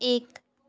एक